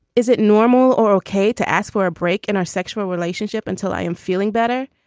is it normal or ok to ask for a break in our sexual relationship until i am feeling better.